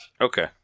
Okay